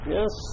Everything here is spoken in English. yes